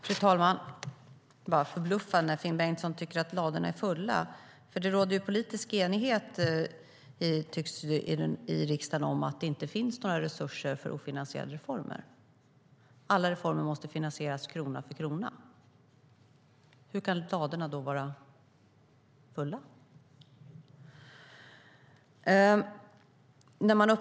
Fru talman! Det är förbluffande när Finn Bengtsson tycker att ladorna är fulla. Det råder politisk enighet i riksdagen om att det inte finns några resurser för att finansiera reformer. Alla reformer måste finansieras krona för krona. Hur kan ladorna då vara fulla?